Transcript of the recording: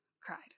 cried